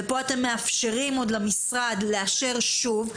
וכאן אתם מאפשרים למשרד לאשר שוב.